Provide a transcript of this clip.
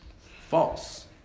false